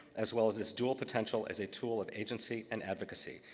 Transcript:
as well as its dual potential as a tool of agency and advocacy.